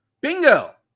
Bingo